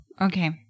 Okay